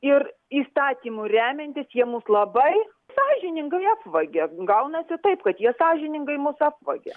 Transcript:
ir įstatymu remiantis jie mus labai sąžiningai apvagia gaunasi taip kad jie sąžiningai mus apvagia